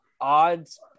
odds